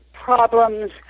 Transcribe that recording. problems